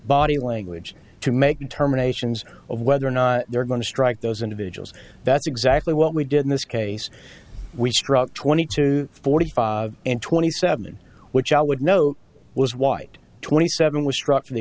body language to make determinations of whether or not they're going to strike those individuals that's exactly what we did in this case we struck twenty two forty five and twenty seven which i would note was white twenty seven was struck in the